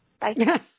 Bye